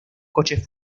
coches